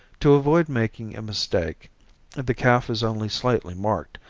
to avoid making a mistake the calf is only slightly marked,